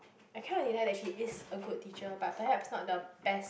I cannot deny that she is a good teacher but perhaps not the best